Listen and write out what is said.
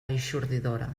eixordadora